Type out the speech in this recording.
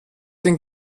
den